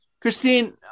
Christine